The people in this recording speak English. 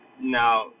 Now